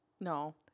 No